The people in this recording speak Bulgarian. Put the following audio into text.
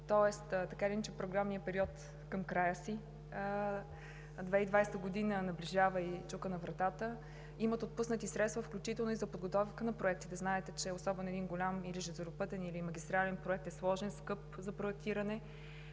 Така или иначе, програмният период е към края си, а 2020 г. наближава и чука на врата. Има отпуснати средства, включително за подготовка на проекти. Знаете, че един голям железопътен или магистрален проект е сложен, скъп за проектиране,